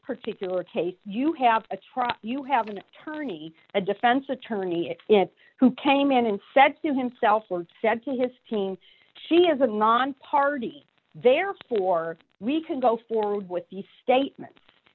particular case you have a trial you have an attorney a defense attorney who came in and said to himself and said to his team she is a nonparty therefore we can go forward with the statements